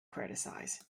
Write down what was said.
criticise